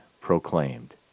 proclaimed